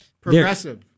Progressive